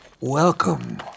Welcome